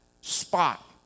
spot